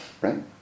right